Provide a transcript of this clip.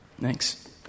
Thanks